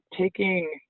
taking